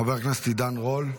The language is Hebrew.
חבר הכנסת עידן רול,